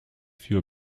few